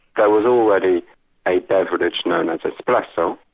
there was already a beverage known as espresso,